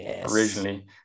originally